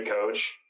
coach